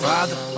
Father